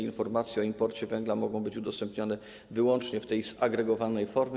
Informacje o imporcie węgla mogą być udostępniane wyłącznie w zagregowanej formie.